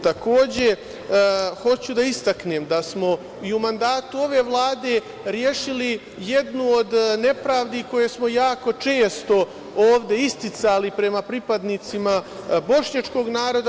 Takođe hoću da istaknem da smo i u mandatu ove Vlade rešili jednu od nepravdi koje smo jako često ovde isticali prema pripadnicima bošnjačkog naroda.